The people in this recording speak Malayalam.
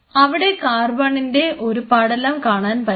അവിടെ കാർബണിന്റെ ഒരു പടലം കാണാൻ പറ്റും